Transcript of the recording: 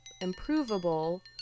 improvable